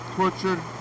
tortured